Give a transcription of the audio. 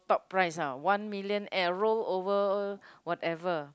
top prize ah one million arrow rollover whatever